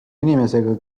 inimesega